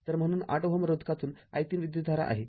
तर म्हणून८Ω रोधकातून i३ विद्युतधारा आहे